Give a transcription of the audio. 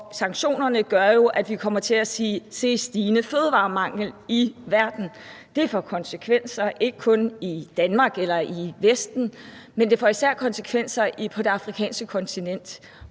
sanktionerne gør jo, at vi kommer til at se stigende fødevaremangel i verden. Det får konsekvenser, ikke kun i Danmark eller i Vesten, men det får især konsekvenser på det afrikanske kontinent.